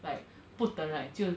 like 不等 right 就